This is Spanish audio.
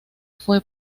fue